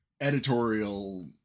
editorial